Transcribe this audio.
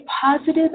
positive